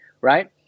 right